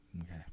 okay